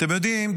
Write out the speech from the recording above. אתם יודעים,